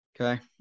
Okay